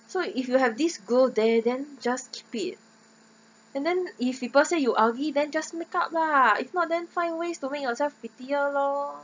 so if you have this goal there then just keep it and then if people say you ugly then just makeup lah if not then find ways to make yourself prettier lor